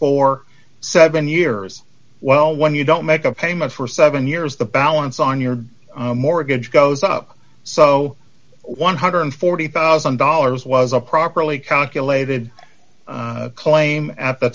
for seven years well when you don't make a payment for seven years the balance on your mortgage goes up so one hundred and forty thousand dollars was a properly county elated claim at the